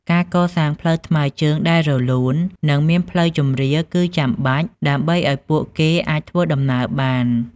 ការកសាងផ្លូវថ្មើរជើងដែលរលូន និងមានផ្លូវជម្រាលគឺចាំបាច់ ដើម្បីឱ្យពួកគេអាចធ្វើដំណើរបាន។